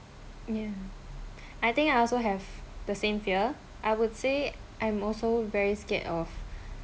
yeah I think I also have the same fear I would say I'm also very scared of